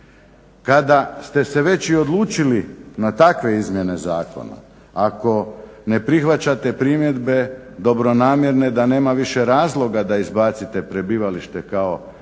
Kada ste se već i odlučili na takve izmjene zakona, ako ne prihvaćate primjedbe dobronamjerne da nema više razloga da izbacite prebivalište kao institut